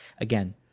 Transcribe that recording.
again